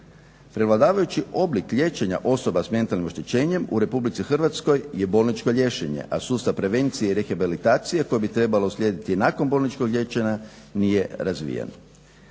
Prevladavajući oblik liječenja osoba s mentalnim oštećenjem u Republici Hrvatskoj je bolničko liječenje, a sustav prevencije i rehabilitacije koje bi trebalo uslijediti nakon bolničkog liječenja nije razvijen.